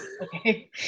Okay